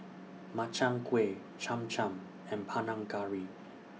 Makchang Gui Cham Cham and Panang Curry